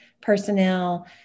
personnel